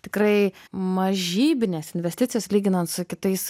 tikrai mažybinės investicijos lyginant su kitais